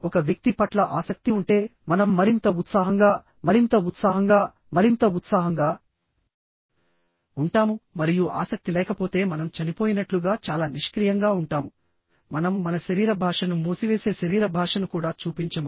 ఒక వ్యక్తి పట్ల ఆసక్తి ఉంటే మనం మరింత ఉత్సాహంగా మరింత ఉత్సాహంగా మరింత ఉత్సాహంగా ఉంటాము మరియు ఆసక్తి లేకపోతే మనం చనిపోయినట్లుగా చాలా నిష్క్రియంగా ఉంటాము మనం మన శరీర భాషను మూసివేసే శరీర భాషను కూడా చూపించము